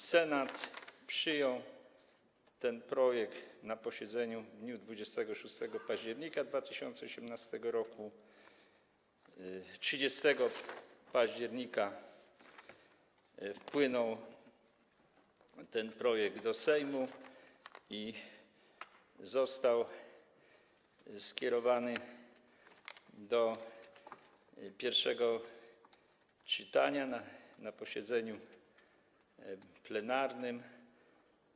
Senat przyjął ten projekt na posiedzeniu w dniu 26 października 2018 r. 30 października ten projekt wpłynął do Sejmu i został skierowany do pierwszego czytania na posiedzeniu plenarnym.